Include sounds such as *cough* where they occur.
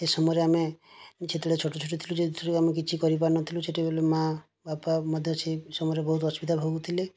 ସେ ସମୟରେ ଆମେ ଯେତେବେଳେ ଛୋଟ ଛୋଟ ଥିଲୁ *unintelligible* କିଛି କରିପାରୁନଥିଲୁ ସେତବେଳେ ମା' ବାପା ମଧ୍ୟ ସେଇ ସମୟରେ ବହୁତ ଅସୁବିଧା ଭୋଗୁଥିଲେ